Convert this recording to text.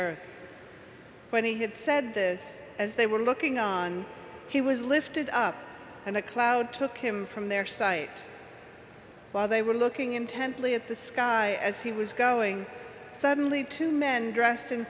earth when he had said this as they were looking on he was lifted up and a cloud took him from their sight by they were looking intently at the sky as he was going suddenly two men dressed in